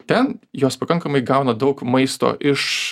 ten jos pakankamai gauna daug maisto iš